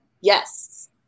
Yes